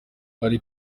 ari